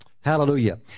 hallelujah